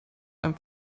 einem